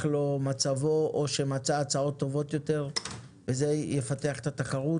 לו מצבו או שמצא הצעות טובות יותר וזה יפתח את התחרות,